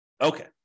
Okay